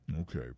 Okay